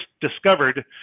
discovered